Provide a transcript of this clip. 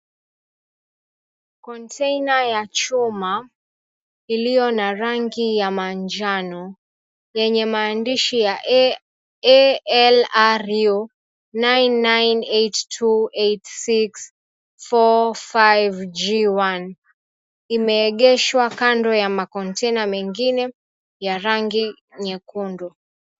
Konteina ya chuma iliyo na rangi ya manjano yenye maandishi ya ALRU 99828645G1 imeegeshwa kando ya makonteina mengine ya rangi nyekundu.